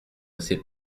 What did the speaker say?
sait